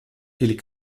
les